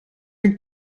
are